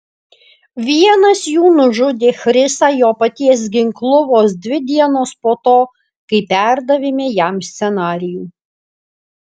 vienas jų nužudė chrisą jo paties ginklu vos dvi dienos po to kai perdavėme jam scenarijų